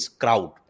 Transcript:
crowd